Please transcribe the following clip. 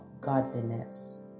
godliness